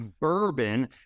bourbon